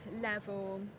level